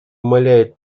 умаляет